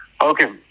Okay